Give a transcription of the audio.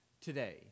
today